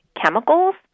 chemicals